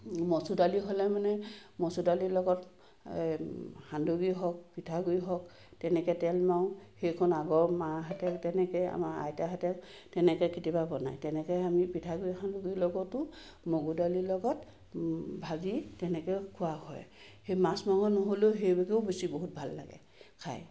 মচুৰ দালি হ'লে মানে মচুৰ দালিৰ লগত সান্দহ গুড়ি হওক পিঠাগুড়ি হওক তেনেকৈ তেল মাৰোঁ সেইকণ আগৰ মাহঁতে তেনেকৈ আমাৰ আইতাহঁতে তেনেকৈ কেতিয়াবা বনায় তেনেকৈ আমি পিঠাগুড়ি সান্দহগুড়িৰ লগতো মগুদালি লগত ভাজি তেনেকৈ খোৱা হয় সেই মাছ মাংস নহ'লেও সেইভাগেও বেছি বহুত ভাল লাগে খাই